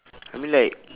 I mean like